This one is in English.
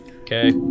okay